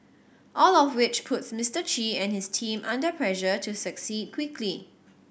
all of which puts Mister Chi and his team under pressure to succeed quickly